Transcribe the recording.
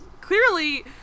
clearly